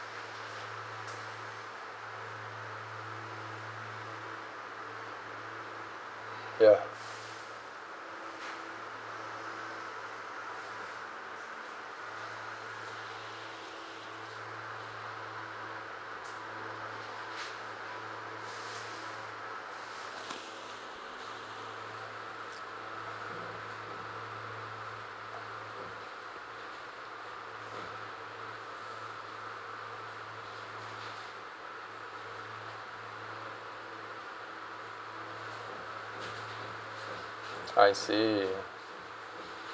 ya I see